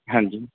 ਹਾਂਜੀ